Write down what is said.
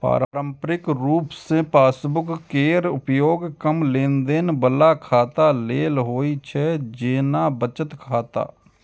पारंपरिक रूप सं पासबुक केर उपयोग कम लेनदेन बला खाता लेल होइ छै, जेना बचत खाता